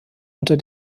unter